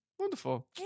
Wonderful